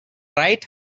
right